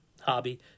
hobby